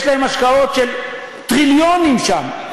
יש להן השקעות של טריליונים שם,